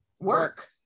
Work